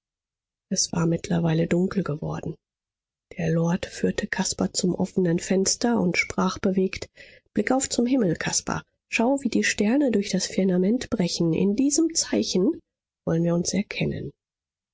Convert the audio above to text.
es war mittlerweile dunkel geworden der lord führte caspar zum offenen fenster und sprach bewegt blick auf zum himmel caspar schau wie die sterne durch das firmament brechen in diesem zeichen wollen wir uns erkennen